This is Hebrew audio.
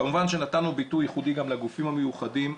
כמובן שנתנו ביטוי ייחודי גם לגופים המיוחדים,